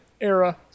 era